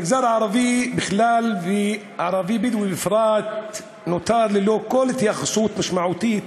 המגזר הערבי בכלל והערבי-בדואי בפרט נותר ללא כל התייחסות משמעותית